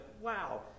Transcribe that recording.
wow